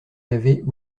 laver